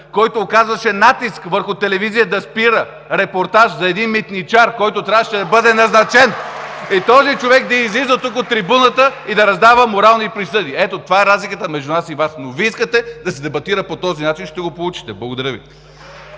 който оказваше натиск върху телевизията да спира репортаж за един митничар, който трябваше да бъде назначен. (Ръкопляскания от „БСП за България“.) Този човек да излиза тук, на трибуната, и да раздава морални присъди. Ето, това е разликата между нас и Вас. Но Вие искате да се дебатира по този начин. Ще го получите. Благодаря Ви.